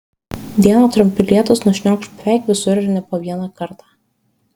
dieną trumpi lietūs nušniokš beveik visur ir ne po vieną kartą